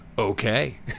okay